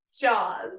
Jaws